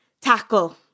tackle